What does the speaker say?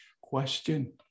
Question